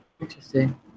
Interesting